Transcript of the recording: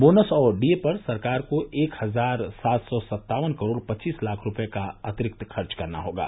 bonus और DA पर सरकार को एक हजार सात सौ सत्तावन करोड़ पच्चीस लाख रूपये का अतिरिक्त खर्च करने होंगे